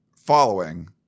following